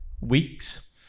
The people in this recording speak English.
weeks